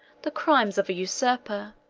the crimes of a usurper